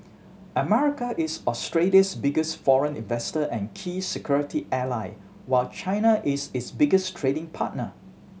America is Australia's biggest foreign investor and key security ally while China is its biggest trading partner